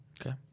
Okay